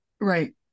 Right